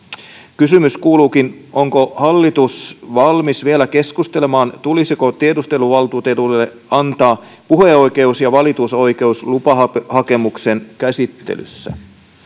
kysymys kuuluukin onko hallitus valmis vielä keskustelemaan tulisiko tiedusteluvaltuutetulle antaa puheoikeus ja valitusoikeus lupahakemuksen käsittelyssä